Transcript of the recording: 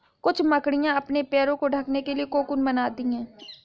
कुछ मकड़ियाँ अपने पैरों को ढकने के लिए कोकून बनाती हैं